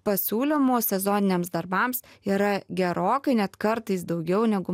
pasiūlymų sezoniniams darbams yra gerokai net kartais daugiau negu